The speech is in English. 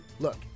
Look